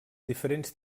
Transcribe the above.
diferents